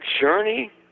journey